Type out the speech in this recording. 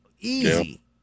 Easy